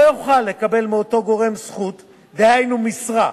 לא יוכל לקבל מאותו גורם זכות, דהיינו משרה,